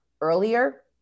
earlier